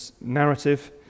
narrative